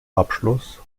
abschluss